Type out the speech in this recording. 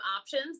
options